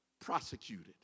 prosecuted